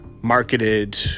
marketed